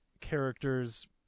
character's